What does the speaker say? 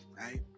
Right